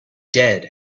dead